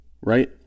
right